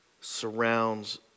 surrounds